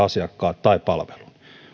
asiakkaat tai palvelun